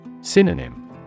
Synonym